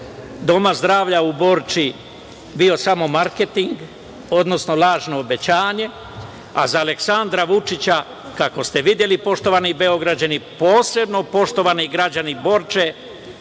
Doma zdravlja u Borči bio samo marketing, odnosno lažno obećanje, a za Aleksandra Vučića, kako ste videli poštovani Beograđani, posebno poštovani građani Borče,